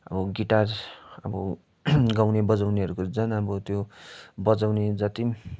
अब गिटार अब गाउने बजाउनेहरूको झन् अब त्यो बजाउने जति